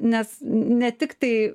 nes ne tiktai